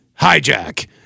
hijack